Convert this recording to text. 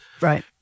Right